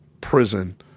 prison